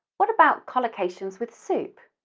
what about collocations with soup?